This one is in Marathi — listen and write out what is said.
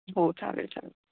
हो चालेल चालेल